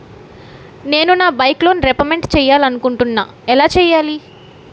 నేను నా bike loan repayment చేయాలనుకుంటున్నా ఎలా చేయాలి?